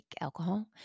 alcohol